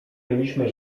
mieliśmy